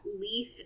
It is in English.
Leaf